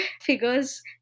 figures